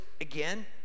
again